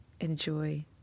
enjoy